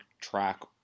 track